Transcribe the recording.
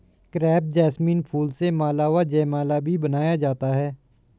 crepe jasmine फूल से माला व जयमाला भी बनाया जाता है